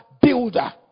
builder